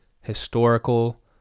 historical